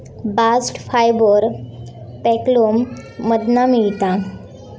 bast fibre phloem मधना मिळता